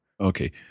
Okay